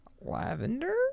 Lavender